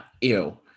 ew